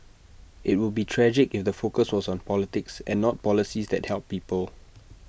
IT would be tragic if the focus was on politics and not policies that help people